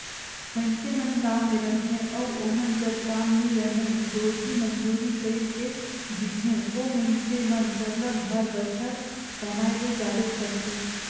मइनसे मन गाँव में रहथें अउ ओमन जग काम नी रहें रोजी मंजूरी कइर के जीथें ओ मइनसे मन सरलग हर बछर कमाए ले जाबेच करथे